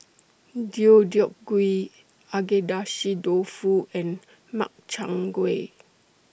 Deodeok Gui Agedashi Dofu and Makchang Gui